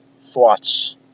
thoughts